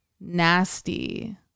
Nasty